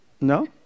no